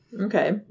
Okay